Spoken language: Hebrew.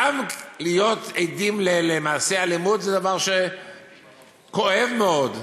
להיות עדים למעשה אלימות שם זה דבר שהוא כואב מאוד,